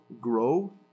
grow